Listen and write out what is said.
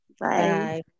Bye